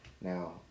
Now